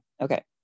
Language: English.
Okay